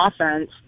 offense